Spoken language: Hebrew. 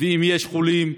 אם יש חולים,